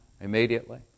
immediately